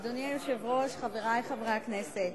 אדוני היושב-ראש, חברי חברי הכנסת,